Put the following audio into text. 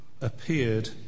appeared